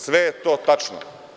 Sve je to tačno.